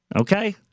okay